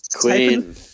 Queen